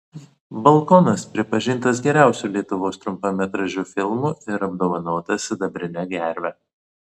balkonas pripažintas geriausiu lietuvos trumpametražiu filmu ir apdovanotas sidabrine gerve